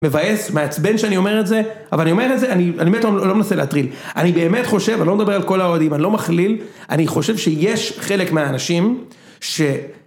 מבאס, מעצבן שאני אומר את זה, אבל אני אומר את זה, אני באמת לא מנסה להטריל. אני באמת חושב, אני לא מדבר על כל העולים, אני לא מכליל, אני חושב שיש חלק מהאנשים ש...